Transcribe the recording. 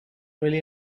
really